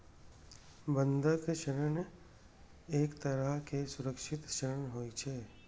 बंधक ऋण एक तरहक सुरक्षित ऋण होइ छै